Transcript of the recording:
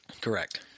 Correct